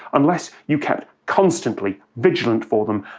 unless you kept constantly vigilant for them,